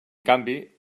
canvi